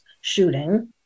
shooting